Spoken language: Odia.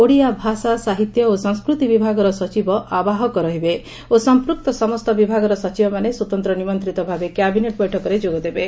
ଓଡ଼ିଆ ଭାଷା ସାହିତ୍ୟ ଓ ସଂସ୍କୃତି ବିଭାଗର ସଚିବ ଆବାହକ ରହିବେ ଓ ସମ୍ମକ୍ତ ସମସ୍ତ ବିଭାଗର ସଚିବମାନେ ସ୍ୱତନ୍ତ ନିମନ୍ତିତ ଭାବେ କ୍ୟାବିନେଟ୍ ବୈଠକରେ ଯୋଗ ଦେବେ